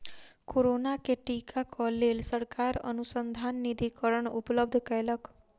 corona के टीका क लेल सरकार अनुसन्धान निधिकरण उपलब्ध कयलक